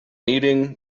eating